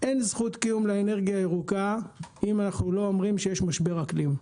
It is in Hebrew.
אין זכות קיום לאנרגיה הירוקה אם אנחנו לא אומרים שיש משבר אקלים,